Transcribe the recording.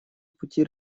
пути